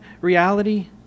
reality